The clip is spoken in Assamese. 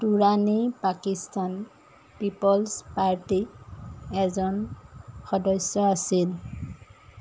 দুৰাণি পাকিস্তান পিপলছ পাৰ্টীৰ এজন সদস্য আছিল